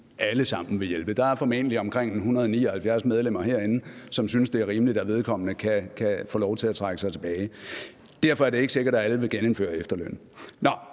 alle sammen vil hjælpe. Der er formentlig omkring 179 medlemmer herinde, som synes, det er rimeligt, at vedkommende kan få lov til at trække sig tilbage. Derfor er det ikke sikkert, at alle vil genindføre efterlønnen.